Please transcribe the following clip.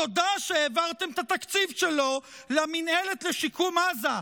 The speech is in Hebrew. תודה שהעברתם את התקציב שלו למינהלת לשיקום עזה.